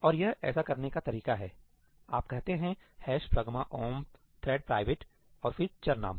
और यह ऐसा करने का तरीका है आप कहते हैं ' pragma omp thread private' ' pragma omp thread private' ' और फिर चर नाम